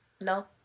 No